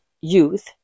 youth